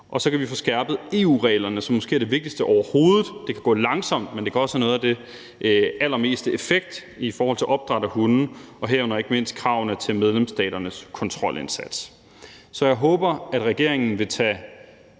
Og så kan vi få skærpet EU-reglerne, hvilket måske er det vigtigste overhovedet. Det kan gå langsomt, men det kan også være det, der har allermest effekt i forhold til opdræt af hunde, herunder ikke mindst kravene til medlemsstaternes kontrolindsats. Så jeg håber, at regeringen vil tage